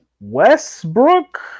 Westbrook